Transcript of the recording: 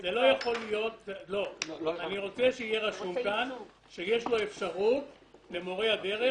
אני רוצה שיהיה רשום כאן שיש למורה הדרך